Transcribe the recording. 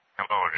Hello